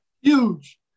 Huge